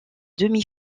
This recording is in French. demi